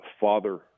father